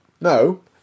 No